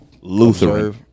Lutheran